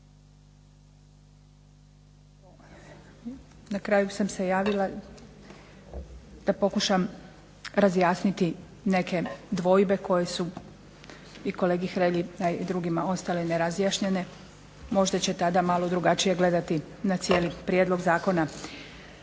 na kraju sam se javila da pokušam razjasniti neke dvojbe koje su i kolegi Hrelji a i drugima ostale nerazjašnjene možda će tada malo drugačije gledati na cijeli prijedlog zakona.